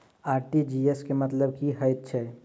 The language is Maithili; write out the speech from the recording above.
आर.टी.जी.एस केँ मतलब की हएत छै?